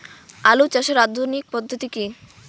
আলু চাষের আধুনিক পদ্ধতি কি?